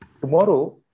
Tomorrow